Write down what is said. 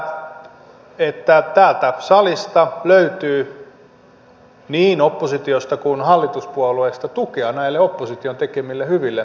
uskon että täältä salista löytyy niin oppositiosta kuin hallituspuolueistakin tukea näille opposition tekemille hyville talousarvioaloitteille